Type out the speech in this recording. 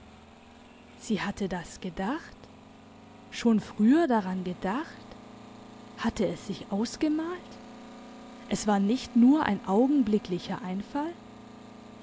sie hatte das gedacht schon früher daran gedacht hatte es sich ausgemalt es war nicht nur ein augenblicklicher einfall